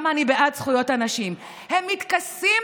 הייתי מעורב בנושא הזה